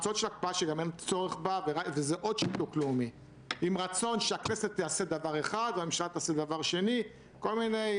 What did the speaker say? אני מסתכל על עצמי במראה ולכל אחד מכם בעיניים ואני אומר לכם: